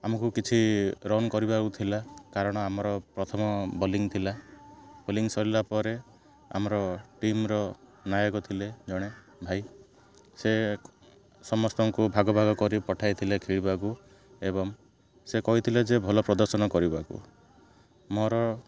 ଆମକୁ କିଛି ରନ୍ କରିବାକୁ ଥିଲା କାରଣ ଆମର ପ୍ରଥମ ବୋଲିଂ ଥିଲା ବୋଲିଂ ସରିଲା ପରେ ଆମର ଟିମର ନାୟକ ଥିଲେ ଜଣେ ଭାଇ ସେ ସମସ୍ତଙ୍କୁ ଭାଗ ଭାଗ କରି ପଠାଇଥିଲେ ଖେଳିବାକୁ ଏବଂ ସେ କହିଥିଲେ ଯେ ଭଲ ପ୍ରଦର୍ଶନ କରିବାକୁ ମୋର